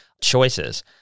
choices